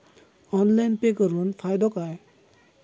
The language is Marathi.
ऑनलाइन पे करुन फायदो काय?